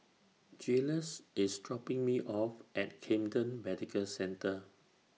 Jiles IS dropping Me off At Camden Medical Centre